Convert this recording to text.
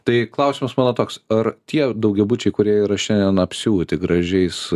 tai klausimas mano toks ar tie daugiabučiai kurie yra šiandien apsiūti gražiais